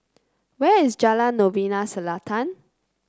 where is Jalan Novena Selatan